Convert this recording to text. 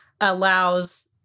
allows